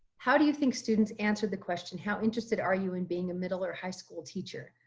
how do you think students answer the question how interested are you in being a middle or high school teacher,